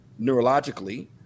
neurologically